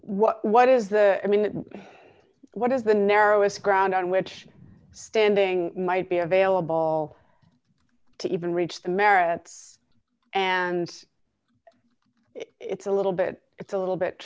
what what is the i mean what is the narrowest ground on which standing might be available to even reach the merits and it's a little bit it's a little bit